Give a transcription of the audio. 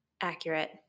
Accurate